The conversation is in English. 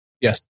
Yes